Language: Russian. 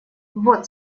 вот